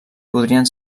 podrien